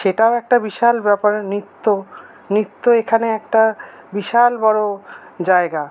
সেটাও একটা বিশাল ব্যাপার নিত্য নৃত্য এখানে একটা বিশাল বড়ো জায়গা